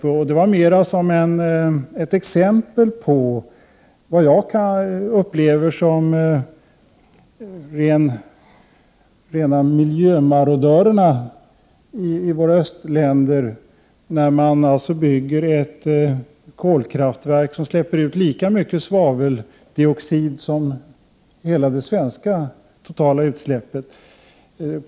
Jag nämnde de utsläppen mera som ett exempel på vad jag upplever som rena miljömarodörerna. Man bygger alltså i våra östländer ett kolkraftverk som släpper ut lika mycket svaveldioxid som hela det svenska totala utsläppet.